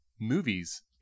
Movies